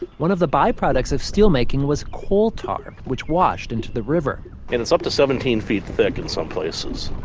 one of the byproducts of steelmaking was coal tar, which washed into the river and it's up to seventeen feet thick in some places,